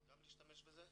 זה.